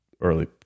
early